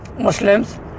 Muslims